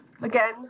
Again